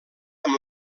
amb